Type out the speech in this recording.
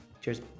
Cheers